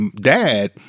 dad